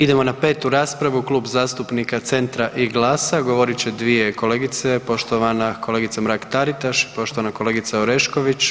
Idemo na petu raspravu, Klub zastupnika Centra i GLAS-a, govorit će dvije kolegice, poštovana kolegica Mrak-Taritaš i poštovana kolegica Orešković.